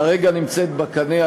כרגע נמצאת בקנה,